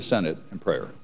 the senate and prayer